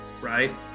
right